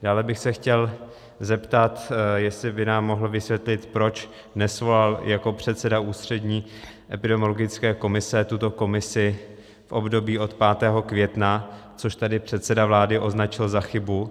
Dále bych se chtěl zeptat, jestli by nám mohl vysvětlit, proč nesvolal jako předseda Ústřední epidemiologické komise tuto komisi v období od 5. května, což tady předseda vlády označil za chybu.